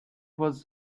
was